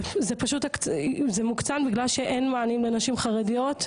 זה מוקצן כי אין מענים לנשים חרדיות.